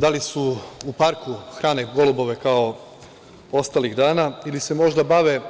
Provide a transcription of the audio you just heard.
Da li su u parku hrane golubove kao ostalih dana ili se možda bave